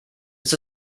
ist